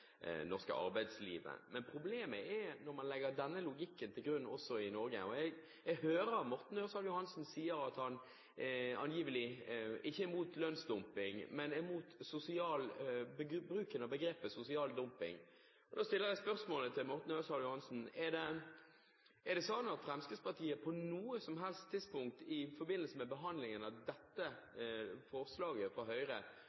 arbeidslivet. Men problemet oppstår når man legger denne logikken til grunn også i Norge. Jeg hører Morten Ørsal Johansen sier at han angivelig ikke er imot lønnsdumping, men er imot bruken av begrepet «sosial dumping». Da stiller jeg spørsmålet til Morten Ørsal Johansen: Er det sånn at Fremskrittspartiet på noe som helst tidspunkt i forbindelse med behandlingen av dette forslaget fra Høyre